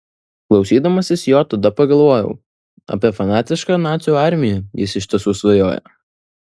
klausydamasis jo tada pagalvojau apie fanatišką nacių armiją jis iš tiesų svajoja